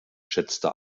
schätzte